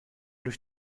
durch